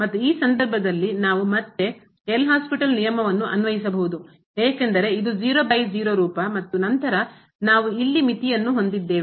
ಮತ್ತು ಈ ಸಂದರ್ಭದಲ್ಲಿ ನಾವು ಮತ್ತೆ ಎಲ್ ಹಾಸ್ಪಿಟಲ್ ನಿಯಮವನ್ನು ಅನ್ವಯಿಸಬಹುದು ಏಕೆಂದರೆ ಇದು 00 ರೂಪ ಮತ್ತು ನಂತರ ನಾವು ಇಲ್ಲಿ ಮಿತಿಯನ್ನು ಹೊಂದಿದ್ದೇವೆ